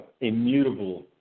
immutable